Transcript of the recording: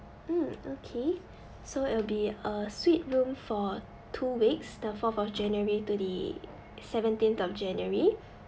mm okay so it'll be a suite room for two weeks the fourth of january to the seventeenth of january